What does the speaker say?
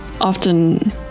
often